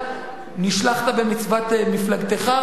נשלחת במצוות מפלגתך,